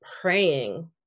praying